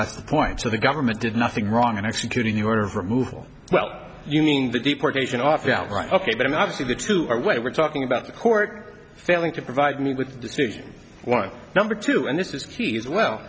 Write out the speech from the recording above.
that's the point so the government did nothing wrong in executing the order of removal well you mean the deportation off ok but in absolute to our way we're talking about the court failing to provide me with one number two and this is key as well